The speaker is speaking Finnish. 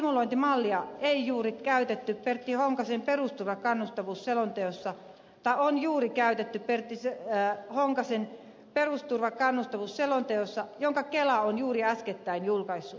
tätä simulointimallia on juuri käytetty pertti honkasen perusturva ja kannustavuus selonteossa taloon juuri käytetty pertti seppälään honkasen perustuvan kannustusselonteossa jonka kela on juuri äskettäin julkaissut